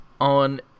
on